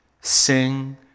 sing